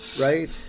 right